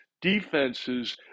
defenses